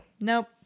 Nope